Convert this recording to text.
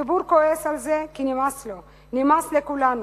הציבור כועס על זה כי נמאס לו, נמאס לכולנו.